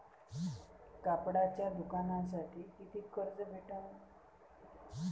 कापडाच्या दुकानासाठी कितीक कर्ज भेटन?